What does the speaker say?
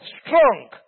strong